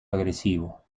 agresivo